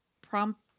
prompt